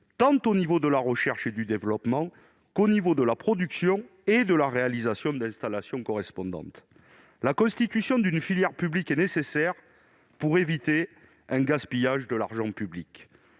tant en termes de recherche et de développement que de production et de réalisation d'installations. La constitution d'une filière publique est nécessaire pour éviter un gaspillage de l'argent public.